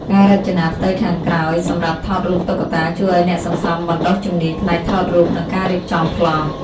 ការរចនាផ្ទៃខាងក្រោយសម្រាប់ថតរូបតុក្កតា ជួយឱ្យអ្នកសន្សំបណ្ដុះជំនាញផ្នែកថតរូប និងការរៀបចំប្លង់។